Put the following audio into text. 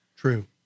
True